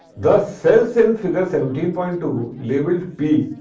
the cells in figure seventeen point two labeled p